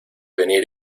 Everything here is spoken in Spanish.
venir